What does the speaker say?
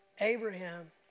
Abraham